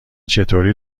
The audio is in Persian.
چطوری